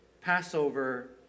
Passover